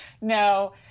no